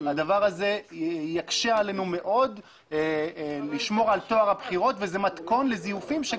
שהדבר הזה יקשה עלינו מאוד לשמור על טוהר הבחירות וזה מתכון לזיופים.